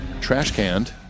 trash-canned